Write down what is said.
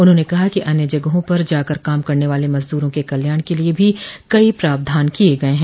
उन्होंने कहा कि अन्य जगहों पर जाकर काम करने वाले मजदूरों के कल्याण के लिए भी कई प्रावधान किए गए हैं